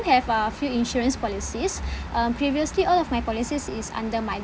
have uh few insurance policies uh previously all of my policies is under my